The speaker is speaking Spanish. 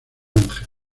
ángel